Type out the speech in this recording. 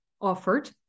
offered